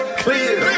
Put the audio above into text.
clear